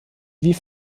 wie